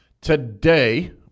Today